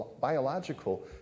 biological